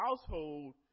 household